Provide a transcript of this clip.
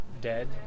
dead